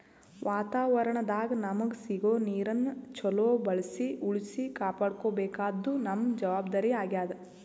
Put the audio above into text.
ವಾತಾವರಣದಾಗ್ ನಮಗ್ ಸಿಗೋ ನೀರನ್ನ ಚೊಲೋ ಬಳ್ಸಿ ಉಳ್ಸಿ ಕಾಪಾಡ್ಕೋಬೇಕಾದ್ದು ನಮ್ಮ್ ಜವಾಬ್ದಾರಿ ಆಗ್ಯಾದ್